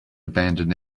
abandoned